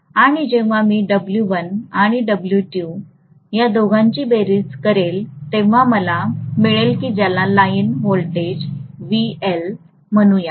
आणि जेव्हा मी W1 किंवा W2 ह्या दोघांची बेरीज करेन तेव्हा मला आणि मिळेल की ज्याला लाइन व्होल्टेज VL म्हणू